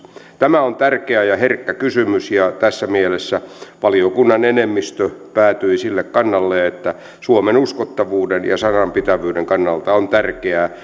tämä on tärkeä ja herkkä kysymys ja tässä mielessä valiokunnan enemmistö päätyi sille kannalle että suomen uskottavuuden ja sanan pitävyyden kannalta on tärkeää